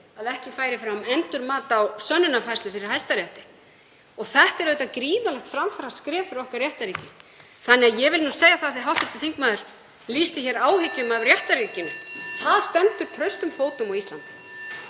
að ekki færi fram endurmat á sönnunarfærslu fyrir Hæstarétti. Það er auðvitað gríðarlegt framfaraskref fyrir okkar réttarríki. Þannig að ég verð nú að segja það, af því að hv. þingmaður lýsti hér áhyggjum af réttarríkinu: Það stendur traustum fótum á Íslandi.